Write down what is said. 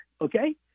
Okay